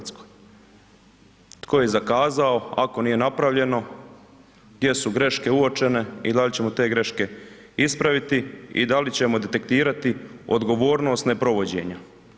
Tko je zakazao ako nije napravljeno, gdje su greške uočene i da li ćemo te greške ispraviti i da li ćemo detektirati odgovornost neprovođenja?